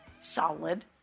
solid